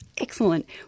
Excellent